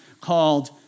called